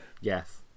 Yes